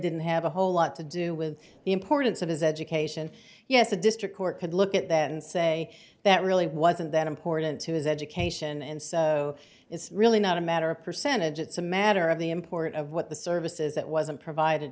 didn't have a whole lot to do with the importance of his education yes the district court could look at that and say that really wasn't that important to his education and so it's really not a matter of a percentage it's a matter of the import of what the service is that wasn't provided